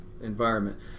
environment